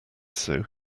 sue